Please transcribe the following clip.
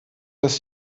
dass